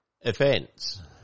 events